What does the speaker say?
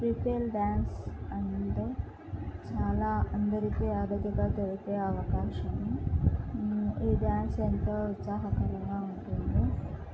free style dance అంటే చాలా అందరికీ అరుదుగా దొరికే అవకాశం ఈ డ్యాన్స్ ఎంతో ఉత్సాహకరంగా ఉంటుంది